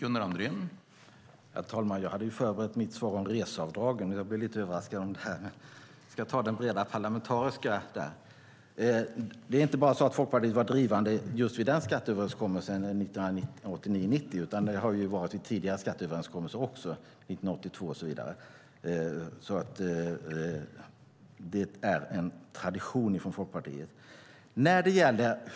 Herr talman! Jag hade förberett mig för ett svar om reseavdragen, så jag blev lite överraskad. Det är inte bara så att Folkpartiet var drivande vid skatteöverenskommelsen 1989/90, utan det har vi varit även i samband med tidigare skatteöverenskommelser som 1982 och så vidare. Det är en tradition från Folkpartiet.